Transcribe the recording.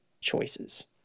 choices